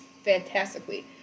fantastically